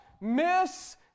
miss